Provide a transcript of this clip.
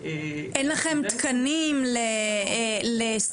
אין לכם תקנים לסטאז'רים?